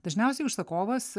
dažniausiai užsakovas